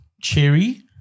Cherry